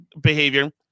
behavior